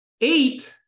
eight